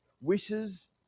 wishes